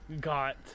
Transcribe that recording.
Got